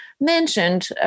mentioned